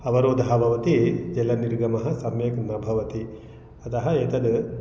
अवरोधः भवति जलनिर्गमः सम्यक् न भवति अतः एतत्